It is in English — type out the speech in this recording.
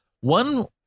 one